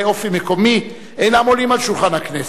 אופי מקומי אינם עולים על שולחן הכנסת,